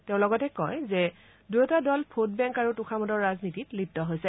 তেওঁ লগতে দুয়োটা দল ভোট বেংক আৰু তোষামোদৰ ৰাজনীতিত লিপ্ত হৈছে